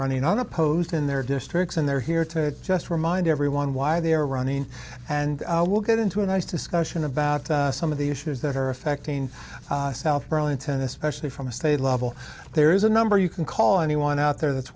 running unopposed in their districts and they're here to just remind everyone why they are running and we'll get into a nice discussion about some of the issues that are affecting south burlington especially from a state level there's a number you can call anyone out there that's